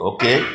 Okay